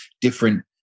different